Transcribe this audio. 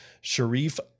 Sharif